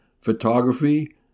photography